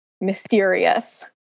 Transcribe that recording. mysterious